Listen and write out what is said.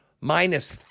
minus